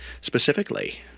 specifically